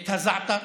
את הזעתר.